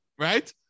right